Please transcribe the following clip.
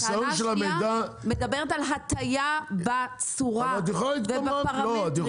טענה שנייה מדברת על הטיה בצורה ובפרמטרים.